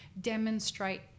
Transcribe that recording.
demonstrate